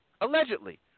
allegedly